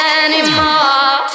anymore